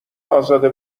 ازاده